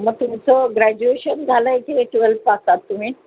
मग तुमचं ग्रॅज्युएशन झालं आहे की ट्वेल पास आहात तुम्ही